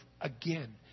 again